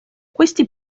questi